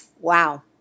Wow